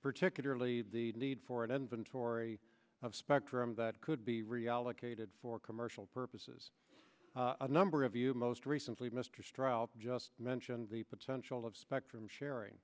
particularly the need for an inventory of spectrum that could be reallocated for commercial purposes a number of you most recently mr strout just mentioned the potential of spectrum sharing